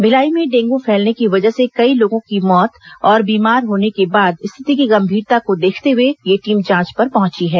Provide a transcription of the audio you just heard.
भिलाई में डेंगू फैलने की वजह से कई लोगों की मौत और बीमार होने के बाद स्थिति की गंभीरता को देखते हए यह टीम जांच पर पहुंची है